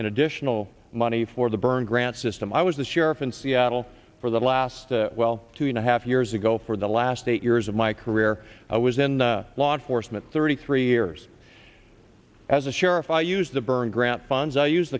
in additional money for the burn grant system i was a sheriff in seattle for the last well two and a half years ago for the last eight years of my career i was in law enforcement thirty three years as a sheriff i use the burn grant funds i use